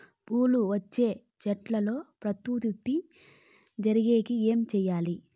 పూలు వచ్చే చెట్లల్లో ప్రత్యుత్పత్తి జరిగేకి ఏమి చేయాలి?